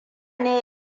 ne